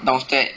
downstair